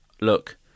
look